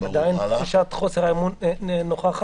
עדיין תחושת חוסר האמון נוכחת,